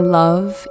love